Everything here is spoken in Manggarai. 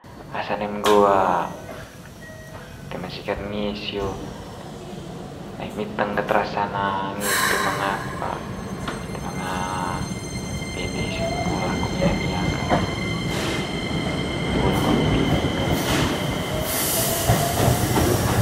Rasa'n eme nggo toe ma sikat ngis sio ai miteng ket rasa'n ngis toe manga apa, toe manga pede sio eme nggo lako nia nia kat, eme nggo lako agu timi bel.